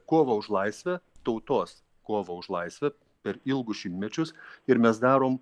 kovą už laisvę tautos kovą už laisvę per ilgus šimtmečius ir mes darom